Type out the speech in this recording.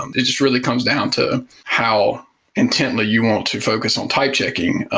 and it just really comes down to how intently you want to focus on type-checking.